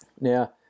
Now